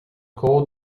code